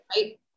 Right